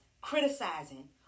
criticizing